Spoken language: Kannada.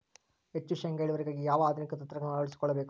ಹೆಚ್ಚು ಶೇಂಗಾ ಇಳುವರಿಗಾಗಿ ಯಾವ ಆಧುನಿಕ ತಂತ್ರಜ್ಞಾನವನ್ನು ಅಳವಡಿಸಿಕೊಳ್ಳಬೇಕು?